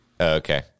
Okay